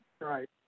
Right